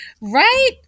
right